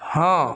ہاں